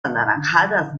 anaranjadas